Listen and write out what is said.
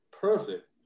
perfect